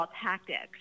tactics